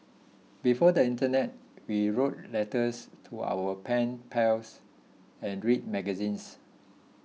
before the internet we wrote letters to our pen pals and read magazines